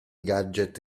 gadget